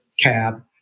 cab